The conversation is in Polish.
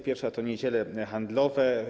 Pierwsza to niedziele handlowe.